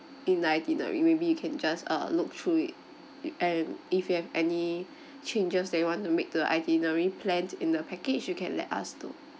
in the itinerary maybe you can just uh look through it and if you have any changes that you want to make to the itinerary planned in the package you can let us know